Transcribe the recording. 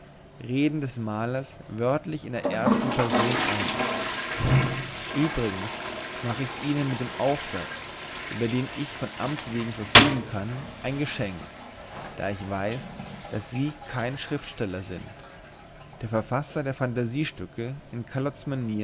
reden des malers wörtlich in der ersten person ein übrigens mache ich ihnen mit dem aufsatz über den ich von amtswegen verfügen kann ein geschenk da ich weiß daß sie kein schriftsteller sind der verfasser der fantasiestücke in